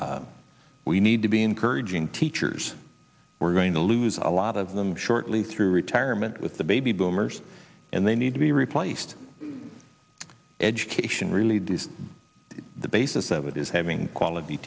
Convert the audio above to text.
programs we need to be encouraging teachers we're going to lose a lot of them shortly through retirement with the baby boomers and they need to be replaced education really does the basis of it is having quality